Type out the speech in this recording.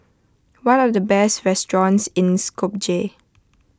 what are the best restaurants in Skopje